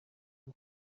اون